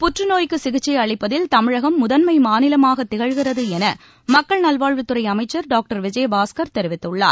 புற்றநோய்க்கு சிகிச்சை அளிப்பதில் தமிழகம் முதன்மை மாநிலமாகத் திகழ்கிறது என மக்கள் நல்வாழ்வுத்துறை அமைச்சர் டாக்டர் விஜயபாஸ்கர் தெரிவித்துள்ளார்